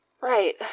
Right